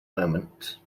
moment